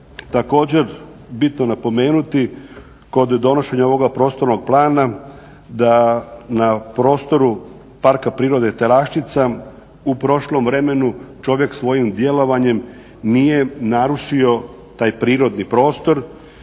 također bitno napomenuti kod donošenja ovog prostornog plana da na prostoru Parka prirode Telaščica u prošlom vremenu čovjek svojim djelovanjem nije narušio taj prirodni prostor